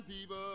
people